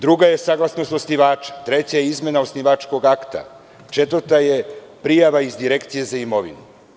Druga je saglasnost osnivača, treća je izmena osnivačkog akta, četvrta je prijava iz Direkcije za imovinu.